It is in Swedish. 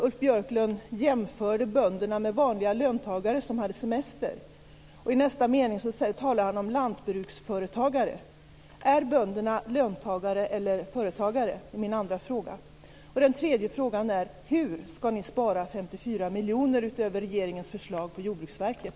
Ulf Björklund jämförde bönderna med vanliga löntagare som har semester. I nästa mening talar han om lantbruksföretagare. Är bönderna löntagare eller företagare? är min andra fråga. Den tredje frågan är: Hur ska ni spara 54 miljoner, utöver regeringens förslag, på Jordbruksverket?